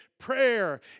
Prayer